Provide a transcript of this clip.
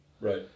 Right